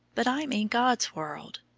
but i mean god's world.